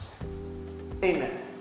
Amen